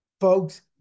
Folks